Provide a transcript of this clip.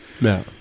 no